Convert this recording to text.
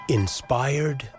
inspired